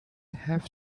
have